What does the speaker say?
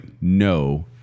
no